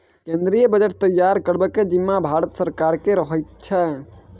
केंद्रीय बजट तैयार करबाक जिम्माँ भारते सरकारक रहै छै